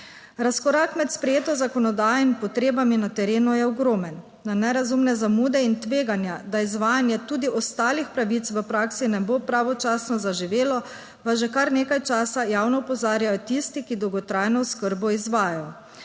Razkorak med sprejeto zakonodajo in potrebami na terenu je ogromen. Na nerazumne zamude in tveganja, da izvajanje tudi ostalih pravic v praksi ne bo pravočasno zaživelo, pa že kar nekaj časa javno opozarjajo tisti, ki dolgotrajno oskrbo izvajajo.